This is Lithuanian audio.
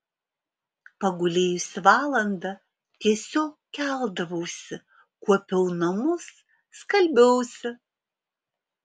pagulėjusi valandą tiesiog keldavausi kuopiau namus skalbiausi